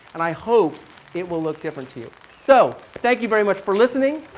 and i hope it will look different to you. so, thank you very much for listening,